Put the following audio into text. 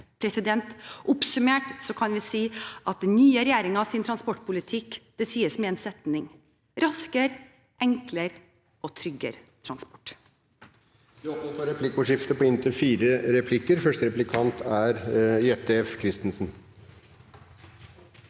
Oppsummert kan den nye regjeringens transportpolitikk sies med én setning: raskere, enklere og tryggere transport.